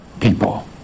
people